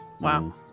Wow